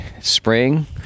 spring